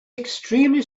extremely